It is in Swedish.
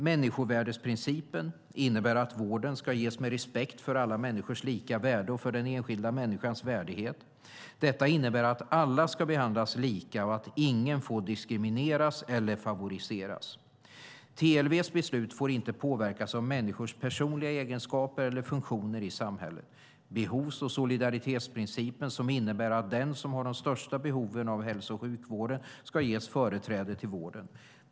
Människovärdesprincipen innebär att vården ska ges med respekt för alla människors lika värde och för den enskilda människans värdighet. Detta innebär att alla ska behandlas lika och att ingen får diskrimineras eller favoriseras. TLV:s beslut får inte påverkas av människors personliga egenskaper eller funktioner i samhället. Behovs och solidaritetsprincipen innebär att den som har de största behoven av hälso och sjukvården ska ges företräde till vården.